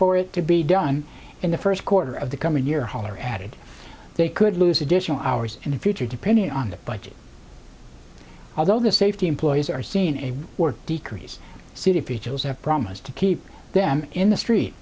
for it to be done in the first quarter of the coming year haller added they could lose additional hours in the future depending on the budget although the safety employees are seen a decrease city featureless have promised to keep them in the street